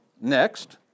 Next